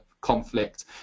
conflict